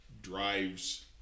drives